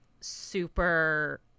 super